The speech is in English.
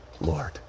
Lord